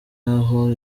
n’aho